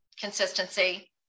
consistency